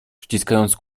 przyciskając